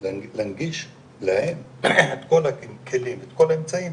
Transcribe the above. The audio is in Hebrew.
להנגיש להם את כל הכלים את כל האמצעים